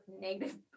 negative